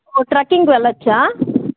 ఓ ట్రెక్కింగ్కు వెళ్ళచ్చా